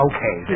Okay